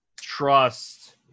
trust